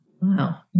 Wow